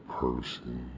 person